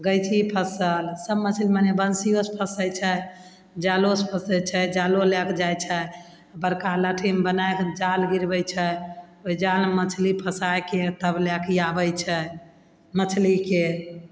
गैञ्ची फँसल सब मछली मने बंसियोसँ फँसय छै जालोसँ फँसय छै जालो लए कऽ जाय छै बड़का लाठीमे बनाय कऽ जाल गिरबय छै ओइ जालमे मछली फँसायके तब लए कऽ आबय छै मछलीके